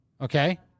Okay